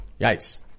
Yikes